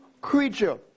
creature